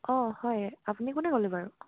অঁ হয় আপুনি কোনে ক'লে বাৰু